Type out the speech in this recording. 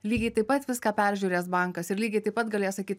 lygiai taip pat viską peržiūrės bankas ir lygiai taip pat galės sakyt